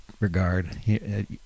regard